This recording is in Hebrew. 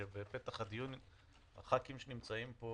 בפתח הדיון שרוב חברי הכנסת שנמצאים פה